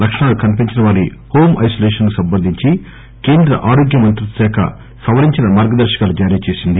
లక్షణాలు కనిపించని వారి హోంఐనోలేషన్ కు సంబంధించి కేంద్ర ఆరోగ్యమంత్రిత్వశాఖ సవరించిన మార్గదర్శకాలు జారీచేసింది